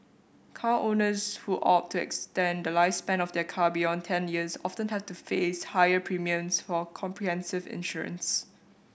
car owners who opt to extend the lifespan of their car beyond ten years often have to face higher premiums for comprehensive insurance